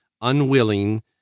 unwilling